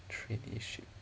traineeship